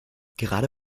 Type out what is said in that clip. gerade